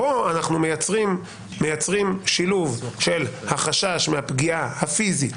כאן אנחנו מייצרים שילוב של החשש מהפגיעה הפיזית,